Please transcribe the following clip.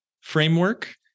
framework